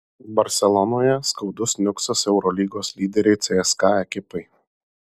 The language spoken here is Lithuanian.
barselonoje skaudus niuksas eurolygos lyderei cska ekipai